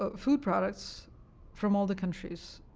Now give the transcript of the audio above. ah food products from all the countries